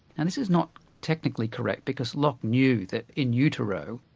and this is not technically correct, because locke knew that in utero,